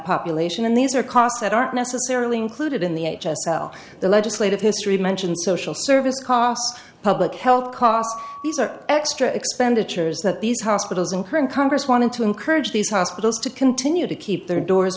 population and these are costs that aren't necessarily included in the h s l the legislative history mentioned social service costs public health costs these are extra expenditures that these hospitals and current congress wanted to encourage these hospitals to continue to keep doors